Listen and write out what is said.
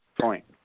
point